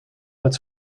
met